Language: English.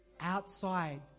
outside